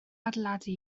adeiladu